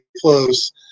close